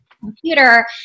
computer